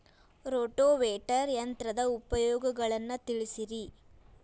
rotavator ಯಂತ್ರದ ಉಪಯೋಗಗಳನ್ನ ತಿಳಿಸಿರಿ